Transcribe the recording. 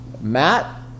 Matt